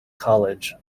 college